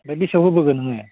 ओमफ्राय बेसेबां होबोगोन नोङो